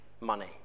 money